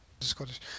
Scottish